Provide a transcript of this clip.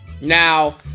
Now